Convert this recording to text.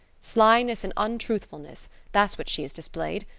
slyness and untruthfulness that's what she has displayed.